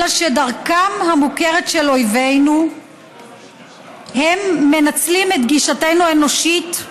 אלא שכדרכם המוכרת של אויבינו הם מנצלים את גישתנו האנושית,